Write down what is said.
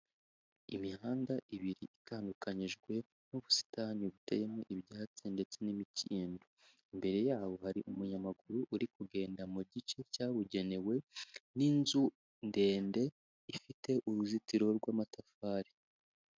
Imihanda ibiri itandukanyijwe n'ubusitani buteyemo ibyatsi ndetse n'imikindo. Imbere yawo hari umunyamaguru uri kugenda mu gice cyabugenewe n'inzu ndende ifite uruzitiro rw'amatafari.